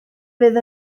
fydd